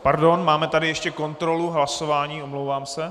Pardon, máme tady ještě kontrolu hlasování, omlouvám se.